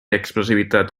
expressivitat